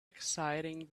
exciting